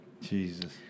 Jesus